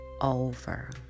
over